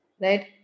Right